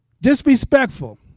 disrespectful